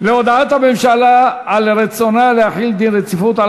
להודעת הממשלה על רצונה להחיל דין רציפות על